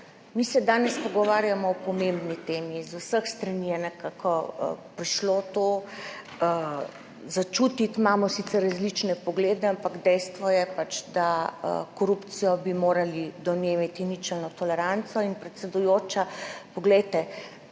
Mi se danes pogovarjamo o pomembni temi. Z vseh strani je nekako prišlo to začutiti, imamo sicer različne poglede, ampak dejstvo je pač, da korupcijo bi morali do nje imeti ničelno toleranco. In predsedujoča, poglejte,